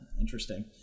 Interesting